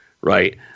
right